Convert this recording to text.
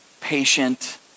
patient